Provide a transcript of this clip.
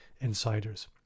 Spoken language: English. insiders